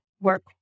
work